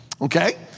Okay